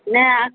नहायब